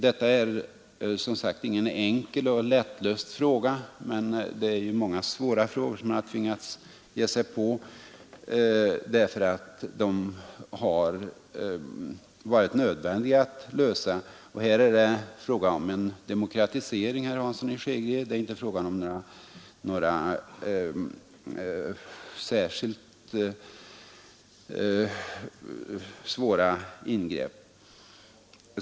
Detta är som sagt ingen enkel och lättlöst fråga, men det finns ju många svåra frågor som man tvingats ge sig på därför att det varit nödvändigt att lösa dem. Här gäller det en demokratisering, herr Hansson i Skegrie, och det är inte fråga om några särskilt svåra ingrepp.